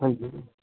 ਹਾਂਜੀ ਜੀ